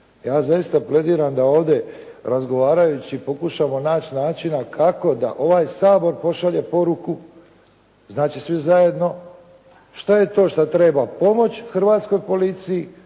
Ja zaista plediram da ovdje razgovarajući pokušamo naći načina kako da ovaj Sabor pošalje poruku, znači svi zajedno, šta je to šta treba pomoći Hrvatskoj policiji